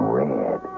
red